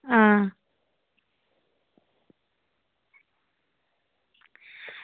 आं